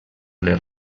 les